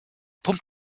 pump